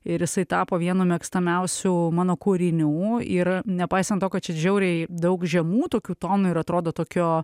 ir jisai tapo vienu mėgstamiausių mano kūrinių ir nepaisant to kad čia žiauriai daug žemų tokių tonų ir atrodo tokio